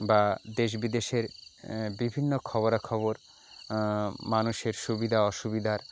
বা দেশ বিদেশের বিভিন্ন খবরা খবর মানুষের সুবিধা অসুবিধার